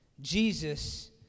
Jesus